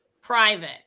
Private